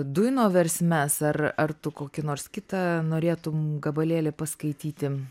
dujno versmes ar ar tu kokį nors kitą norėtum gabalėlį paskaityti